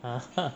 ah